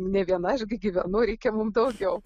nė viena aš gi gyvenu reikia mum daugiau